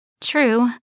True